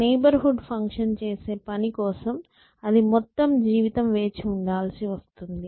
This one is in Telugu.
నైబర్ హుడ్ ఫంక్షన్ చేసే పని కోసం అది మొత్తం జీవితం వేచి ఉండాల్సి వస్తుంది